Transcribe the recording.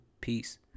Peace